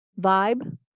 vibe